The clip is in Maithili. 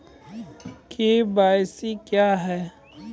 के.वाई.सी क्या हैं?